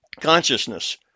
consciousness